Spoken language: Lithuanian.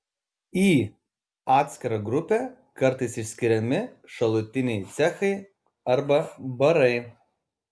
į atskirą grupę kartais išskiriami šalutiniai cechai arba barai